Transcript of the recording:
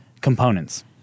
components